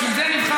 בשביל זה נבחרנו.